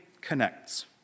connects